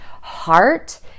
heart